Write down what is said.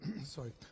Sorry